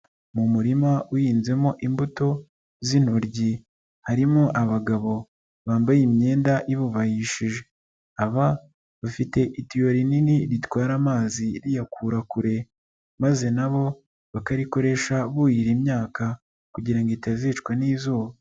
Mu murima uhinzemo imbuto z'intoryi, harimo abagabo bambaye imyenda ibubahishije, aba bafite itiyo rinini ritwara amazi riyakura kure, maze na bo bakarikoresha buhira imyaka kugira ngo itazicwa n'izuba.